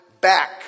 back